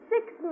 six